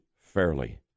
fairly